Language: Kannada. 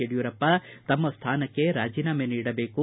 ಯಡಿಯೂರಪ್ಪ ತಮ್ಮ ಸ್ಥಾನಕ್ಕೆ ರಾಜನಾಮೆ ನೀಡಬೇಕು